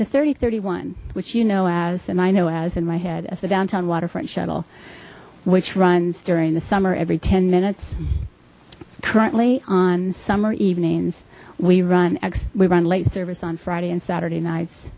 and thirty one which you know as and i know as in my head as the downtown waterfront shuttle which runs during the summer every ten minutes currently on summer evenings we run we run late service on friday and saturday nights